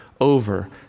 over